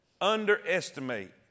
underestimate